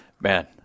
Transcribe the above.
Man